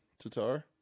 Tatar